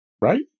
right